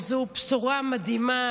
וזאת בשורה מדהימה,